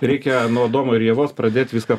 reikia nuo adomo ir ievos pradėt viską